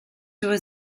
was